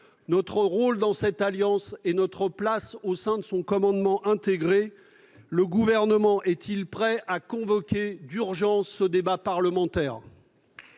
notre rôle dans cette alliance et notre place au sein de son commandement intégré ? Le Gouvernement est-il prêt à convoquer d'urgence ce débat parlementaire ?